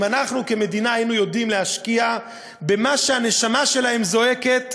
אם אנחנו כמדינה היינו יודעים להשקיע במה שהנשמה שלהם זועקת,